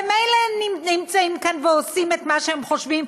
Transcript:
ממילא נמצאים כאן ועושים את מה שהם חושבים,